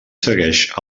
segueix